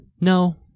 No